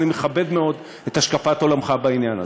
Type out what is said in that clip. ואני מכבד מאוד את השקפת עולמך בעניין הזה.